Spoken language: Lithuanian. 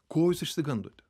ko jūs išsigandote